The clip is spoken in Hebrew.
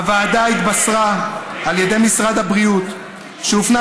הוועדה התבשרה על ידי משרד הבריאות שהופנה